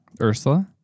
Ursula